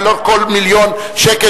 ולא כל מיליון שקל,